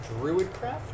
Druidcraft